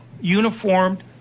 uniformed